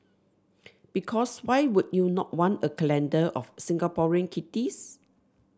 because why would you not want a calendar of Singaporean kitties